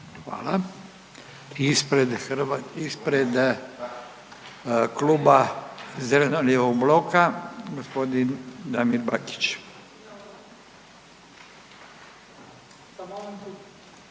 Hvala. Ispred Kluba zeleno-lijevog bloka g. Damir Bakić.